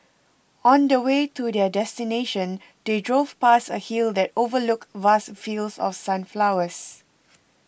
on the way to their destination they drove past a hill that overlooked vast fields of sunflowers